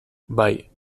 bai